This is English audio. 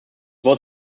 was